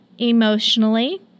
emotionally